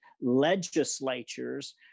legislatures